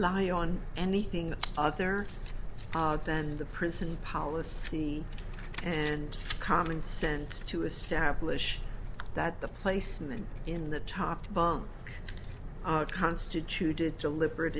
rely on anything other than the prison policy and common sense to establish that the placement in the top bomb constituted deliberate